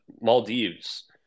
Maldives